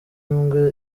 imbwa